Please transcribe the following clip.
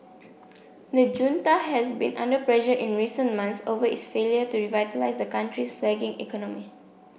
the junta has been under pressure in recent months over its failure to revitalise the country's flagging economy